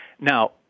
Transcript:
Now